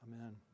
Amen